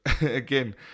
again